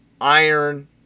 iron